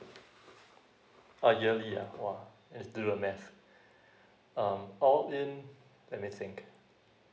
uh yearly ah !wah! let's do the math um all in let me think